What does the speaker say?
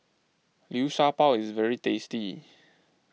Liu Sha Bao is very tasty